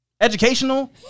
Educational